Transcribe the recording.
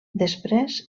després